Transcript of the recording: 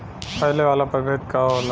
फैले वाला प्रभेद का होला?